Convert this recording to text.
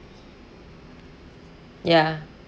ya